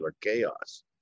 chaos